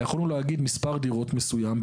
יכולנו להגיד מספר דירות מסוים,